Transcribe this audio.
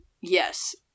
Yes